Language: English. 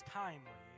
timely